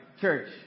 church